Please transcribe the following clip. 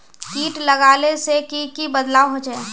किट लगाले से की की बदलाव होचए?